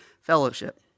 fellowship